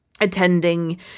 attending